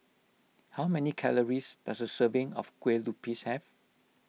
how many calories does a serving of Kue Lupis have